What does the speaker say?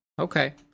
Okay